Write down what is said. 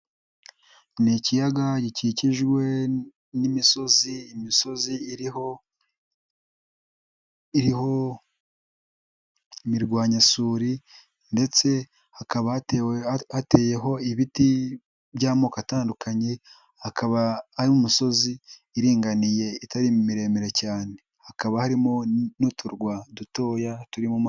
Ni ikiyaga gikikijwe n'imisozi, imisozi iriho imirwanyasuri ndetse hakaba hateyeho ibiti by'amoko atandukanye, hakaba ari imisozi iringaniye itari miremire cyane, hakaba harimo n'uturwa dutoya turi mu ma.